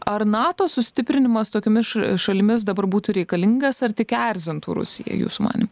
ar nato sustiprinimas tokiomis šalimis dabar būtų reikalingas ar tik erzintų rusiją jūsų manymu